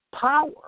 Power